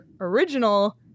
original